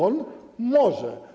On może.